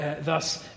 thus